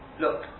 Look